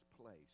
place